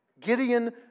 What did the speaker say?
Gideon